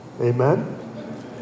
Amen